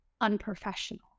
unprofessional